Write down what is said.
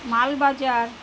Malbazar